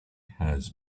has